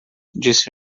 disse